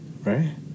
right